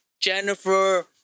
Jennifer